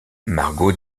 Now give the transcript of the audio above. margot